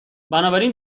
بنابراین